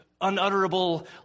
unutterable